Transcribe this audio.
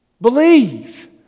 Believe